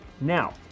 now